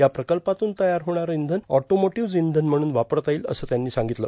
या प्रकल्पातून तयार होणारे इंधन ऑटोमोटिव्हज् इंधन म्हणून वापरता येईल असं त्यांनी सांगितलं